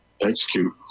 execute